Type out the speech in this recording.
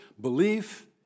belief